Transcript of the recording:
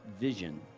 vision